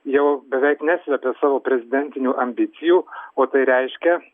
jau beveik neslepia savo prezidentinių ambicijų o tai reiškia